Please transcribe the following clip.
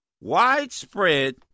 widespread